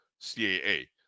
CAA